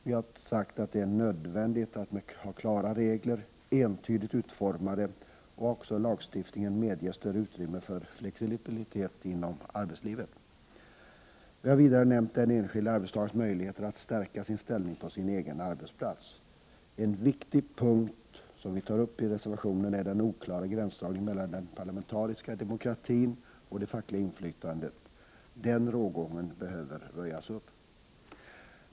Vi har sagt att det är nödvändigt med klara regler, entydigt utformade, och att också lagstiftningen skall medge ett större utrymme för flexibilitet inom arbetslivet. Vi har vidare nämnt den enskilde arbetstagarens möjligheter att stärka sin ställning på sin egen arbetsplats. En viktig punkt, som vi tar upp i reservationen, är den oklara gränsdragningen mellan den parlamentariska demokratins principer och det fackliga inflytandet. Den rågången behöver röjas upp.